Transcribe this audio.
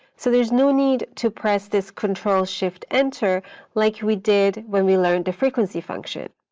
so there's no need to press this control shift enter like we did when we learned the frequency function.